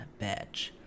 bitch